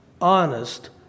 honest